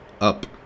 up